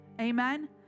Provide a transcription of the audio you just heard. Amen